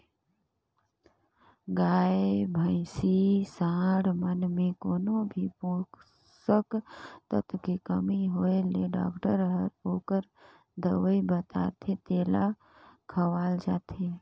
गाय, भइसी, सांड मन में कोनो भी पोषक तत्व के कमी होय ले डॉक्टर हर ओखर दवई बताथे तेला खवाल जाथे